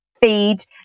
feed